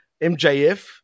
MJF